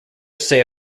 say